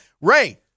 Ray